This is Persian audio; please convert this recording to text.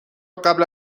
قبل